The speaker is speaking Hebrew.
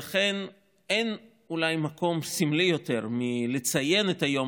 לכן אין אולי מקום סמלי יותר מלציין את היום